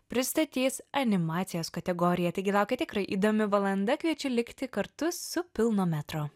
pristatys animacijos kategoriją taigi laukia tikrai įdomi valanda kviečia likti kartu su pilno metro